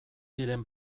diren